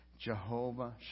Jehovah